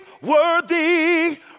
worthy